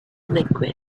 liquid